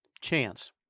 chance